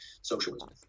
socialism